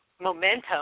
momentum